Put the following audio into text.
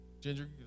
Ginger